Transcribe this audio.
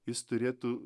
jis turėtų